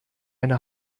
eine